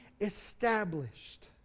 established